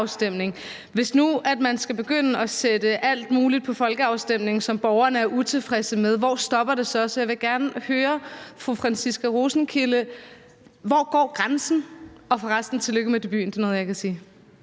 Hvis nu man skal begynde at sætte alt muligt, som borgerne er utilfredse med, til folkeafstemning, hvor stopper det så? Så jeg vil gerne høre fru Franciska Rosenkilde: Hvor går grænsen? Og for resten vil jeg sige tillykke med debuten; det nåede jeg ikke at sige.